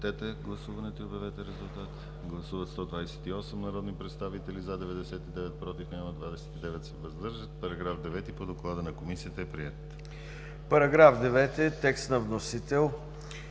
Параграф 4 – текст на вносител.